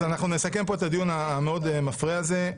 אנחנו נסכם פה את הדיון המאוד-מפרה הזה.